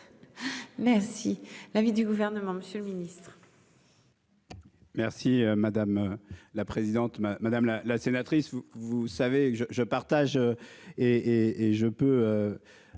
Merci. L'avis du gouvernement, Monsieur le Ministre.